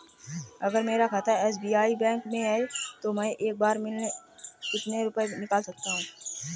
अगर मेरा खाता एस.बी.आई बैंक में है तो मैं एक बार में कितने रुपए निकाल सकता हूँ?